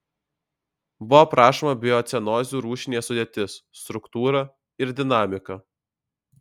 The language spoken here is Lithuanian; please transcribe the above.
buvo aprašoma biocenozių rūšinė sudėtis struktūra ir dinamika